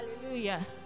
Hallelujah